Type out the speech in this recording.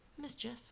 mischief